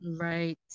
Right